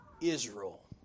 Israel